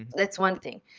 that's one thing.